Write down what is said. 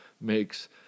makes